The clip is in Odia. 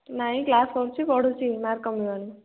ନାଇଁ କ୍ଲାସ୍ କରୁଛି ପଢ଼ୁଛି ମାର୍କ୍ କମିବନି